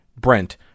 Brent